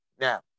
Now